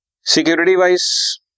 Security-wise